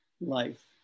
life